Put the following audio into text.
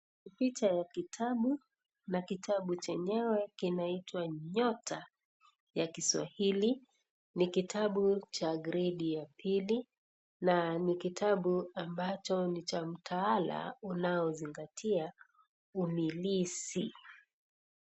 Picha ya kitabu na kitabu chenyewe kinaitwa nyota ya kiswahili. Ni kitabu cha gredi ya pili na ni kitabu ambacho ni cha mtaala unaozingatia umilisi.